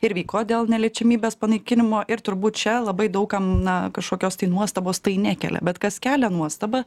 ir vyko dėl neliečiamybės panaikinimo ir turbūt čia labai daug kam na kažkokios tai nuostabos tai nekelia bet kas kelia nuostabą